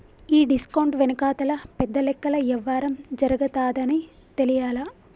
ఈ డిస్కౌంట్ వెనకాతల పెద్ద లెక్కల యవ్వారం జరగతాదని తెలియలా